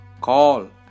Call